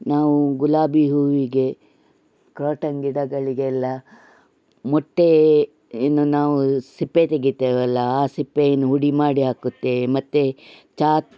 ನಾವು ಗುಲಾಬಿ ಹೂವಿಗೆ ಕ್ರಾಟನ್ ಗಿಡಗಳಿಗೆಲ್ಲಾ ಮೊಟ್ಟೆಯನ್ನು ನಾವು ಸಿಪ್ಪೆ ತೆಗಿತೇವಲ್ಲಾ ಆ ಸಿಪ್ಪೆಯನ್ನು ಹುಡಿಮಾಡಿ ಹಾಕುತ್ತೇವೆ ಮತ್ತು ಚಾ